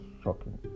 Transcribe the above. shocking